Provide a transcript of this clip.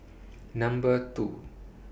Number two